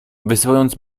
wysyłając